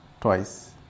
twice